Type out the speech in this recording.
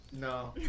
No